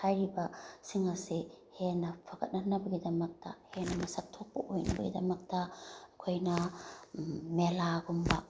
ꯍꯥꯏꯔꯤꯕꯁꯤꯡ ꯑꯁꯤ ꯍꯦꯟꯅ ꯐꯒꯠꯍꯟꯅꯕꯒꯤꯗꯃꯛꯇ ꯍꯦꯟꯅ ꯃꯁꯛ ꯊꯣꯛꯄ ꯑꯣꯏꯅꯕꯒꯤꯗꯃꯛꯇ ꯑꯩꯈꯣꯏꯅ ꯃꯦꯂꯥꯒꯨꯝꯕ